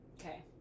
Okay